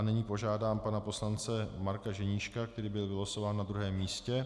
Nyní požádám pana poslance Marka Ženíška, který byl vylosován na druhém místě.